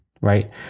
right